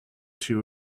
two